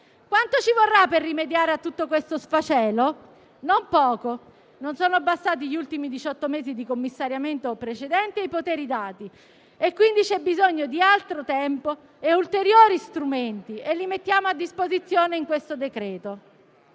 Quanto ci vorrà per rimediare a tutto questo sfacelo? Non poco. Non sono bastati gli ultimi diciotto mesi di commissariamento precedente e i poteri dati. Quindi, c'è bisogno di altro tempo e di ulteriori strumenti, che mettiamo a disposizione in questo decreto-legge.